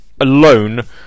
alone